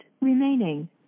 remaining